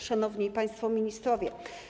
Szanowni Państwo Ministrowie!